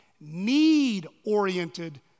need-oriented